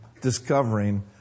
discovering